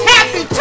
Happy